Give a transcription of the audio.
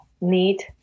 need